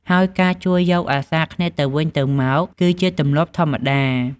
ហើយការជួយយកអាសាគ្នាទៅវិញទៅមកគឺជាទម្លាប់ធម្មតា។